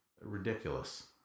ridiculous